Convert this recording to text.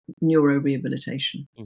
neuro-rehabilitation